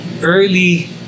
Early